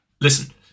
Listen